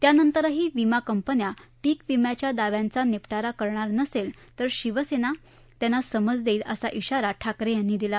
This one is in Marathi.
त्यानंतरही विमा कंपन्या पीक विम्याच्या दाव्यांचा निप शि करणार नसेल तर शिक्सेना त्यांना समज देईल असा श्रिाराही ठाकरे यांनी दिला